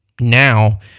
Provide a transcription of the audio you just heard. Now